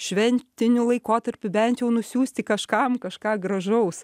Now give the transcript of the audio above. šventiniu laikotarpiu bent nusiųsti kažkam kažką gražaus